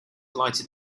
lighted